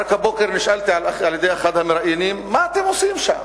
רק הבוקר נשאלתי על-ידי אחד המראיינים: מה אתם עושים שם,